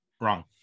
Wrong